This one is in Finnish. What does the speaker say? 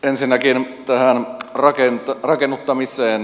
ensinnäkin tähän rakennuttamiseen